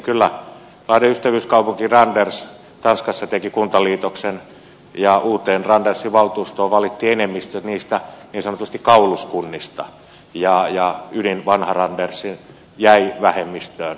kyllä lahden ystävyyskaupunki randers tanskassa teki kuntaliitoksen ja uuteen randersin valtuustoon valittiin enemmistö niistä niin sanotusti kauluskunnista ja ydin vanha randers jäi vähemmistöön